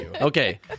Okay